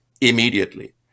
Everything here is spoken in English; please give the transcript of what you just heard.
immediately